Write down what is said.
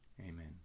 Amen